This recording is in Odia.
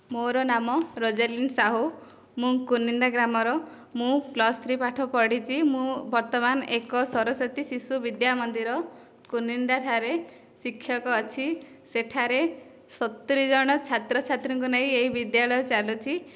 ମୋର ନାମ ରୋଜାଲିନ ସାହୁ ମୁଁ କୁନିନ୍ଦା ଗ୍ରାମର ମୁଁ ପ୍ଲସ ଥ୍ରୀ ପାଠ ପଢ଼ିଛି ମୁଁ ବର୍ତ୍ତମାନ ଏକ ସରସ୍ୱତୀ ଶିଶୁ ବିଦ୍ୟା ମନ୍ଦିର କୁନିନ୍ଦା ଠାରେ ଶିକ୍ଷକ ଅଛି ସେଠାରେ ସତୁରୀ ଜଣ ଛାତ୍ରଛାତ୍ରୀଙ୍କୁ ନେଇ ଏହି ବିଦ୍ୟାଳୟ ଚାଲୁଛି